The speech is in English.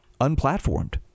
unplatformed